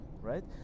right